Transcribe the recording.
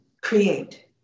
create